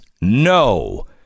no